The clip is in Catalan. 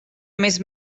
més